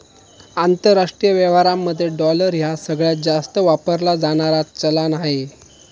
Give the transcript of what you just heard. आंतरराष्ट्रीय व्यवहारांमध्ये डॉलर ह्या सगळ्यांत जास्त वापरला जाणारा चलान आहे